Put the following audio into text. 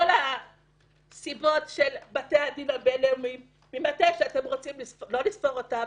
כל הסיבות של בתי הדין הבין-לאומיים כשאתם לא רוצים לספור אותם,